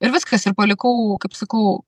ir viskas ir palikau kaip sakau